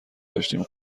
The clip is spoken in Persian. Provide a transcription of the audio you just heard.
داشتیم